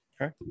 Okay